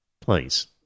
Please